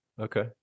okay